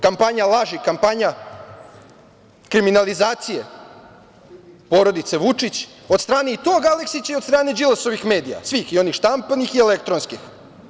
Kampanja laži, kampanja kriminalizacije porodice Vučić od strane i tog Aleksića i od strane Đilasovih medija, svih, i onih štampanih i elektronskih.